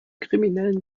kriminellen